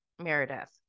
Meredith